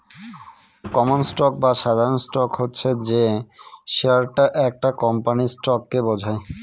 common stock বা সাধারণ stock হচ্ছে যে শেয়ারটা একটা কোম্পানির স্টককে বোঝায়